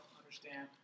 understand